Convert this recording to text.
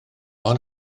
ond